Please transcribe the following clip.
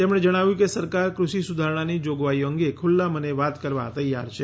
તેમણે જણાવ્યું કે સરકાર કૃષિ સુધારણાની જોગવાઈઓ અંગે ખુલ્લા મને વાત કરવા તૈયાર છે